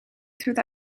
through